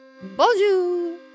Bonjour